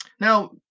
Now